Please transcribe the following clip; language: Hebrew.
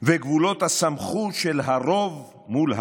וגבולות הסמכות של הרוב מול המיעוט.